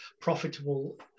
profitable